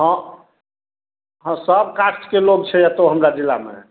हँ हँ सब कास्टके लोक छै एतहु हमरा जिलामे